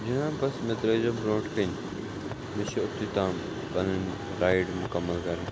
جناب بس مےٚ ترٚٲوِزیٚو برٛونٛٹھٕ کَنہِ مےٚ چھُ اوٚتتھُے تام پَنٕنۍ رایڈ مُکمل کرٕنۍ